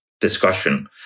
discussion